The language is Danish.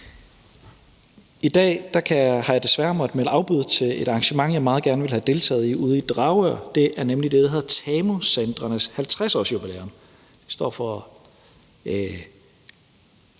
I dag har jeg desværre måttet melde afbud til et arrangement, jeg meget gerne ville have deltaget i, ude i Dragør. Det er nemlig det, der hedder TAMU-centrenes 50-årsjubilæum.